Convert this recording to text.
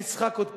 המשחק עוד פתוח,